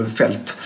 fält